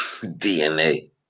DNA